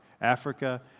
Africa